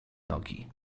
nogi